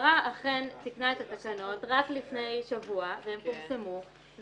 השרה אכן תיקנה את התקנות רק לפני שבוע והן פורסמו,